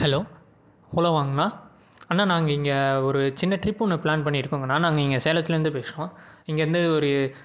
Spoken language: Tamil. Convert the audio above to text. ஹலோ ஓலாவாங்க அண்ணா அண்ணா நாங்கள் இங்கே ஒரு சின்ன ட்ரிப்பு ஒன்று பிளான் பண்ணிருக்கோங்க அண்ணா நாங்கள் இங்கே சேலத்துலந்து பேசுறோம் இங்கேருந்து ஒரு